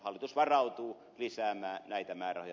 hallitus varautuu lisäämään näitä varoja